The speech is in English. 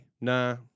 Nah